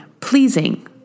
pleasing